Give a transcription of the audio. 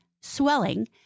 swelling